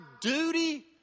duty